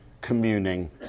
communing